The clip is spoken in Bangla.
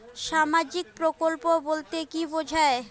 সামাজিক প্রকল্প বলতে কি বোঝায়?